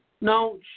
No